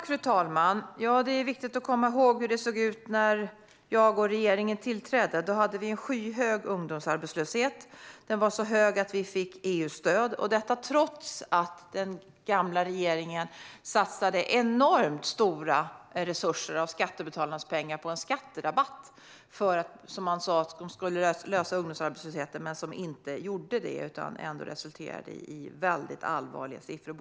Fru talman! Ja, det är viktigt att komma ihåg hur det såg ut när jag och regeringen tillträdde. Då hade vi en skyhög ungdomsarbetslöshet. Den var så hög att vi fick EU-stöd. Detta trots att den gamla regeringen satsade enormt stora resurser av skattebetalarnas pengar på en skatterabatt som skulle, som man sa, lösa ungdomsarbetslösheten men som inte gjorde det utan resulterade i allvarliga siffror.